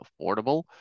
affordable